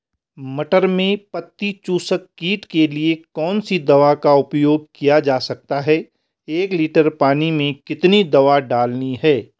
मटर में पत्ती चूसक कीट के लिए कौन सी दवा का उपयोग किया जा सकता है एक लीटर पानी में कितनी दवा डालनी है?